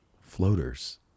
Floaters